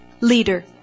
leader